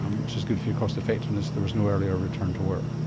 um which is good for your cost effectiveness, there was no earlier return to work.